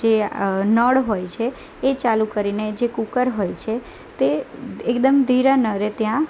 જે આ નળ હોય છે એ ચાલુ કરીને જે કૂકર હોય છે તે એકદમ ધીરા નળે ત્યાં